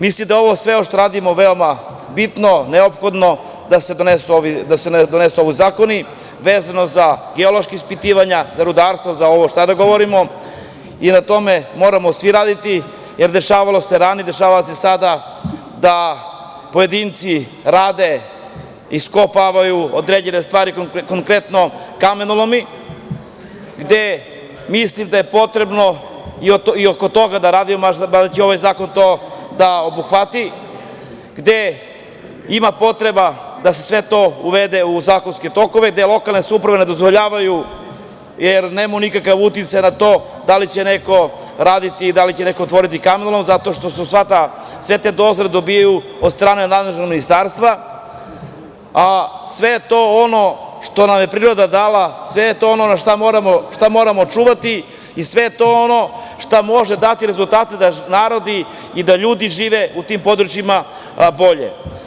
Mislim da je ovo sve što radimo veoma bitno, neophodno da se donesu ovi zakoni vezano za geološka ispitivanja, za rudarstvo, za ovo što sada govorimo i na tome moramo svi raditi, jer dešavalo se ranije, dešava se i sada da pojedinci rade, iskopavaju određene stvari, konkretno kamenolomi, gde mislim da je potrebno i oko toga da radimo, ovaj zakon će to da obuhvati, gde ima potreba da se sve to uvede u zakonske tokove, gde lokalne samouprave ne dozvoljavaju, jer nemamo nikakav uticaj na to da li će neko raditi, da li će neko otvoriti kamenolom, zato što se sve te dozvole dobijaju od strane nadležnog ministarstva, a sve je to ono što nam je priroda dala, sve je to ono šta moramo čuvati i sve je to ono šta može dati rezultate da narodi i da ljudi žive u tim područjima bolje.